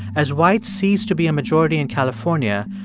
as white ceased to be a majority in california,